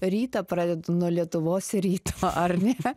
rytą pradedu nuo lietuvos ryto ar ne